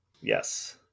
Yes